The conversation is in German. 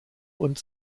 und